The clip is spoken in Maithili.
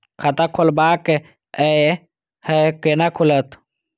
खाता खोलवाक यै है कोना खुलत?